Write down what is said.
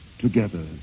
Together